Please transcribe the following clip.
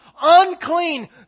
Unclean